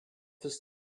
his